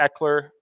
Eckler